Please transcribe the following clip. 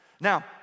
now